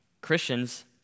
Christians